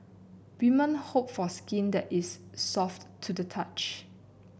women hope for skin that is soft to the touch